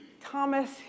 Thomas